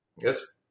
Yes